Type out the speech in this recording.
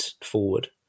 forward